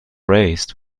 raised